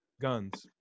guns